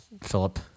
Philip